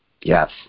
yes